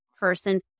person